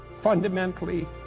fundamentally